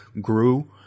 grew